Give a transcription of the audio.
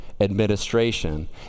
administration